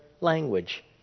language